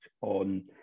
on